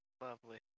Lovely